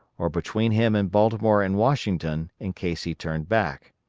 or between him and baltimore and washington in case he turned back.